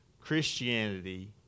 Christianity